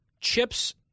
Chips